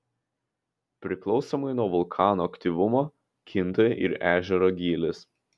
priklausomai nuo vulkano aktyvumo kinta ir ežero gylis